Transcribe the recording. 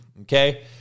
okay